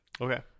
Okay